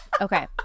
okay